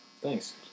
Thanks